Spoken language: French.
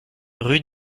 rue